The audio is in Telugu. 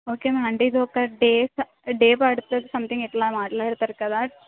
ఓకే మ్యామ్ అంటే ఇది ఒక డేస్ డే పడుతుంది సంథింగ్ ఇలా మాట్లాడుతారు కదా